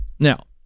Now